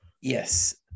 Yes